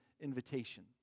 invitation